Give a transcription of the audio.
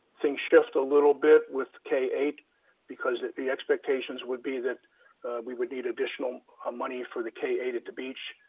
things shift a little bit with k eight because the expectations would be that we would need additional ah money for the k eight at the beach.